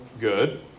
good